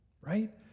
right